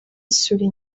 isuri